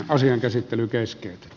asian käsittely kesti